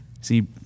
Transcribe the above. See